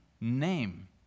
name